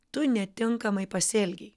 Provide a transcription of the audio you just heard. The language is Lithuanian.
tu netinkamai pasielgei